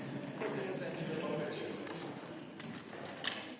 Hvala